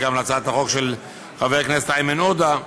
וגם להצעת החוק של חבר הכנסת איימן עודה.